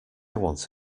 want